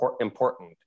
important